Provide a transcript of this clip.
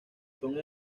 son